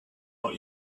not